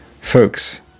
Folks